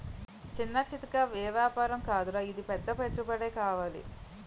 చిన్నా చితకా ఏపారం కాదురా ఇది పెద్ద పెట్టుబడే కావాలి